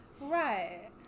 Right